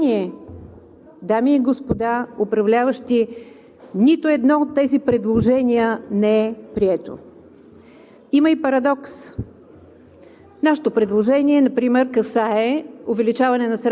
направихме предложения. За съжаление, дами и господа управляващи, нито едно от тези предложения не е прието. Има и парадокс.